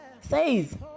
says